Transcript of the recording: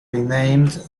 renamed